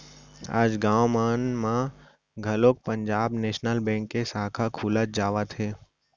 आज गाँव मन म घलोक पंजाब नेसनल बेंक के साखा खुलत जावत हे